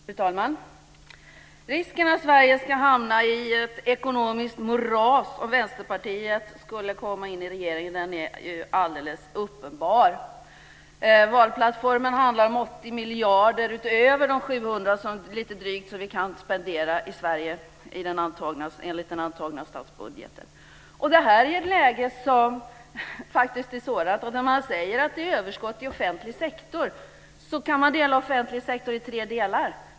Fru talman! Risken att Sverige ska hamna i ett ekonomiskt moras om Vänsterpartiet skulle komma in i regeringen är ju alldeles uppenbar. Valplattformen handlar om 80 miljarder utöver de lite drygt 700 som vi kan spendera i Sverige enligt den antagna statsbudgeten. Det här är faktiskt ett läge som är svårbedömt. När man säger att det är överskott i den offentliga sektorn så kan man indela den offentliga sektorn i tre delar.